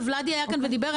ולדימיר היה כאן ודיבר,